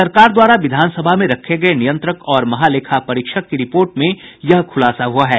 सरकार द्वारा विधानसभा में रखे गये नियंत्रक और महालेखापरीक्षक की रिपोर्ट में यह खुलासा हुआ है